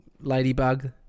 ladybug